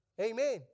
Amen